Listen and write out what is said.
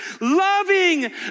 loving